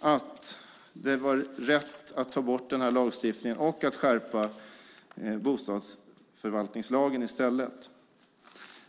att det var rätt att ta bort den lagstiftningen och att skärpa bostadsförvaltningslagen i stället.